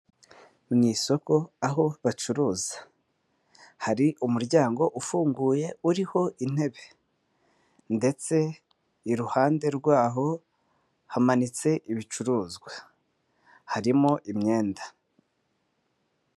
Mu isoko aho bacuruza hari umuryango ufunguye uriho intebe, ndetse iruhande rw'aho hamanitse ibicuruzwa harimo imyenda.